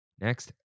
Next